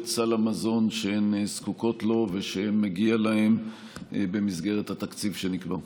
את סל המזון שהן זקוקות לו ושמגיע להן במסגרת התקציב שנקבע.